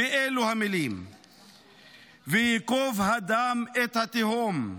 / וְיִקֹב הדם את-התהום!